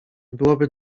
byłoby